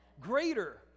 Greater